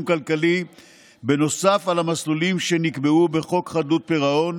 כלכלי נוסף על המסלולים שנקבעו בחוק חדלות פירעון,